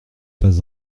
pas